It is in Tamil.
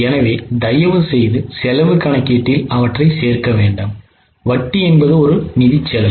எனவே தயவுசெய்து செலவு கணக்கீட்டில் அவற்றை சேர்க்க வேண்டாம் வட்டி என்பது ஒரு நிதி செலவு